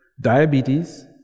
diabetes